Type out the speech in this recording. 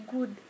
Good